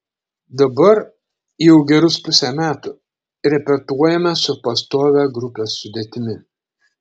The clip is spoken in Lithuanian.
dabar jau gerus pusę metų repetuojame su pastovia grupės sudėtimi